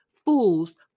Fools